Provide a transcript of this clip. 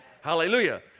Hallelujah